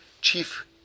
chief